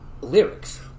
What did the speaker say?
lyrics